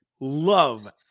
love